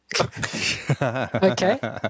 Okay